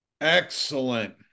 Excellent